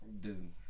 Dude